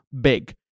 big